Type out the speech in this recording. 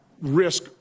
risk